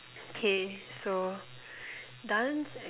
K so dance and